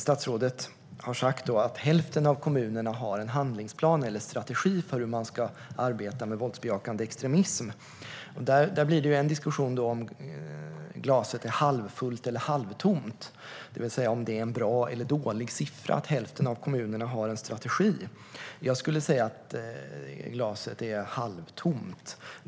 Statsrådet har sagt att hälften av kommunerna har en handlingsplan eller en strategi för hur man ska arbeta mot våldsbejakande extremism. Där blir det en diskussion om glaset är halvfullt eller halvtomt, det vill säga om det är en bra eller dålig siffra att hälften av kommunerna har en strategi. Jag skulle vilja säga att glaset är halvtomt.